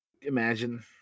imagine